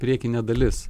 priekinė dalis